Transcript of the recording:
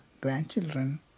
grandchildren